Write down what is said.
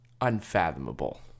Unfathomable